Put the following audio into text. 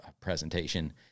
presentation